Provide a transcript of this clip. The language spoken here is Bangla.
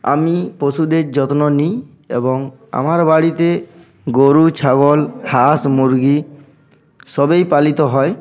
আমি পশুদের যত্ন নিই এবং আমার বাড়িতে গরু ছাগল হাঁস মুরগি সবেই পালিত হয়